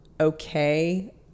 okay